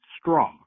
straw